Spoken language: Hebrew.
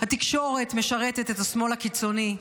"התקשורת משרתת את השמאל הקיצוני"